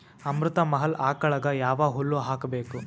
ಅಮೃತ ಮಹಲ್ ಆಕಳಗ ಯಾವ ಹುಲ್ಲು ಹಾಕಬೇಕು?